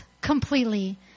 completely